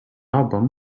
album